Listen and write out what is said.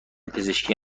پزشکی